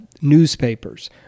newspapers